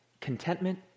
contentment